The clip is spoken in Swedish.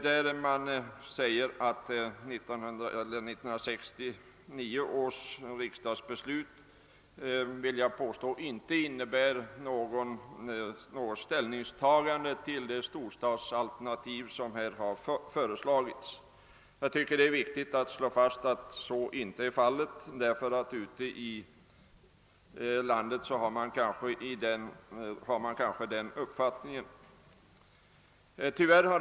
Det framhålles där att 1969 års riksdagsbeslut inte innebär något ställningstagande till det storstadsalternativ som här föreslagits. Det är viktigt att slå fast att inte så är fallet ty ute i landet är nog den uppfattningen gängse.